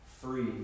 free